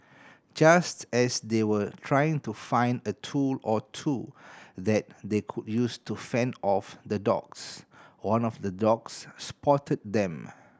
just as they were trying to find a tool or two that they could use to fend off the dogs one of the dogs spotted them